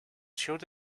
showed